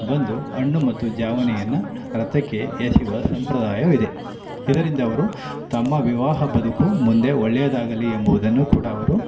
ಬಂದು ಹಣ್ಣು ಮತ್ತು ಜಾವನೆಯನ್ನು ರಥಕ್ಕೆ ಎಸೆಯುವ ಸಂಪ್ರದಾಯವಿದೆ ಇದರಿಂದ ಅವರು ತಮ್ಮ ವಿವಾಹ ಬದುಕು ಮುಂದೆ ಒಳ್ಳೆಯದಾಗಲಿ ಎಂಬುದನ್ನು ಕೂಡ ಅವರು